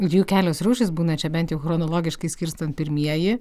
jų kelios rūšys būna čia bent jau chronologiškai skirstant pirmieji